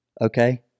okay